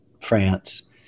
France